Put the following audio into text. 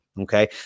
Okay